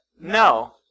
No